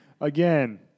Again